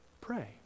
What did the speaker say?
pray